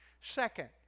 Second